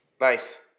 Nice